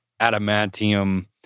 adamantium